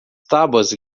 tábuas